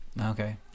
Okay